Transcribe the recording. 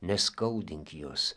neskaudink jos